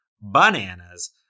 bananas